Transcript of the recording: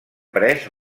pres